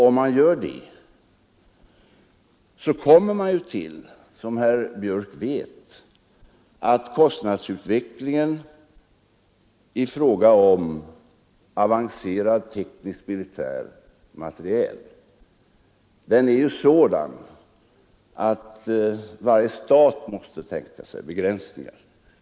Om man gör det kommer man ju till, som herr Björck vet, att kostnadsutvecklingen i fråga om avancerad teknisk militärmateriel är sådan att varje stat måste tänka sig begränsningar.